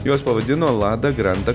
juos pavadino lada grenda